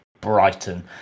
Brighton